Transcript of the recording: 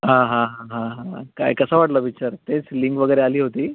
हां हां हां हां हां हां काय कसा वाटला पिक्चर तेच लिंक वगैरे आली होती